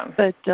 but